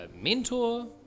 mentor